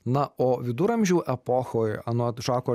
na o viduramžių epochoj anot žako